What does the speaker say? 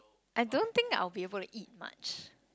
I don't think that I'll be able to eat much